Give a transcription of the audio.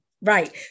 Right